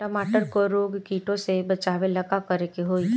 टमाटर को रोग कीटो से बचावेला का करेके होई?